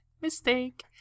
Mistake